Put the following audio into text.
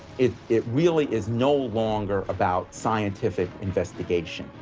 it it really is no longer about scientific investigation.